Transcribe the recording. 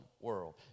world